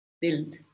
build